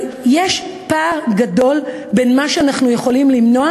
יש פער גדול בין מה שאנחנו יכולים למנוע